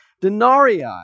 denarii